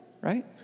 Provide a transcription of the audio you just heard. right